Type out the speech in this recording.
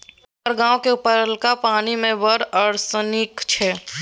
ओकर गामक उपरलका पानि मे बड़ आर्सेनिक छै